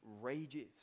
rages